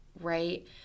right